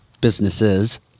businesses